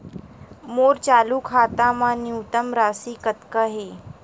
मोर चालू खाता मा न्यूनतम राशि कतना हे?